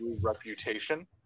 reputation